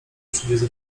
przyjdzie